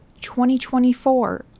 2024